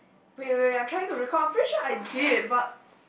wait wait wait I'm trying to recall I'm pretty sure I did but